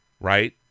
right